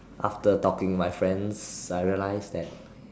after talking my friends I realise that